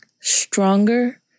stronger